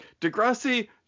Degrassi